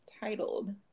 titled